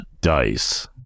dice